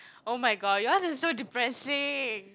!oh-my-god! yours is so depressing